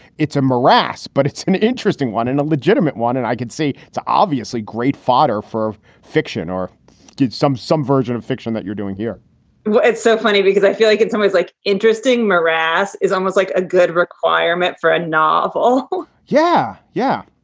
it's a morass, but it's an interesting one and a legitimate one. and i can see it's obviously great fodder for fiction or did some some version of fiction that you're doing here well, it's so funny because i feel like in some ways, like interesting morass is almost like a good requirement for a novel yeah. yeah.